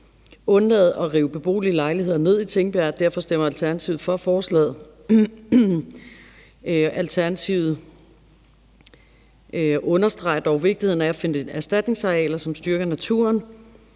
undlade at rive beboelige lejligheder ned i Tingbjerg. Derfor stemmer Alternativet for forslaget. Alternativet understreger dog vigtigheden af at finde erstatningsarealer, som styrker naturen